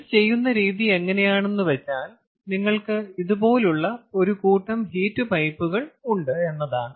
ഇത് ചെയ്യുന്ന രീതി എങ്ങനെയാണെന്ന് വച്ചാൽ നിങ്ങൾക്ക് ഇതുപോലുള്ള ഒരു കൂട്ടം ഹീറ്റ് പൈപ്പുകൾ ഉണ്ട് എന്നതാണ്